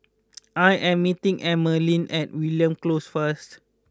I am meeting Emeline at Mariam Close first